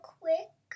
quick